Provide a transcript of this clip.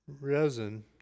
resin